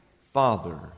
father